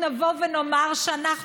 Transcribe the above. זה לא קהילה מבודדת, זו